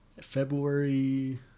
February